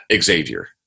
Xavier